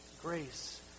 grace